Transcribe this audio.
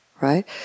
right